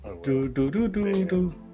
Do-do-do-do-do